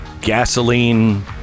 gasoline